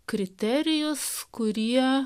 kriterijus kurie